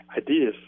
Ideas